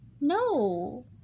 No